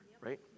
right